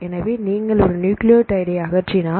எனவே நீங்கள் ஒரு நியூக்ளியோடைடை அகற்றினால்